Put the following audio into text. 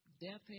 Death